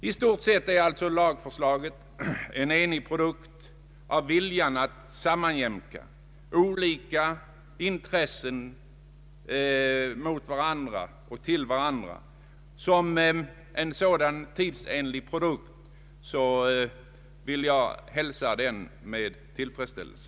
I stort sett är lagförslaget en enig produkt av viljan att sammanlänka olika intressen. Som en sådan tidsenlig produkt vill jag hälsa lagförslaget med tillfredsställelse.